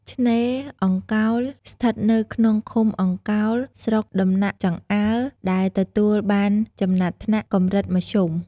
ឆ្នេរអង្កោល ស្ថិតនៅក្នុងឃុំអង្កោល ស្រុកដំណាក់ចង្អើរ ដែលទទួលបានចំណាត់ថ្នាក់ "កម្រិតមធ្យម" ។